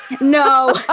no